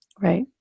Right